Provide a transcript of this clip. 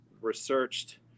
researched